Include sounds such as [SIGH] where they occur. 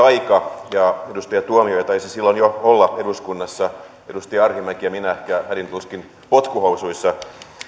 [UNINTELLIGIBLE] aika edustaja tuomioja taisi silloin jo olla eduskunnassa edustaja arhinmäki ja minä hädin tuskin potkuhousuissa